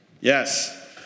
Yes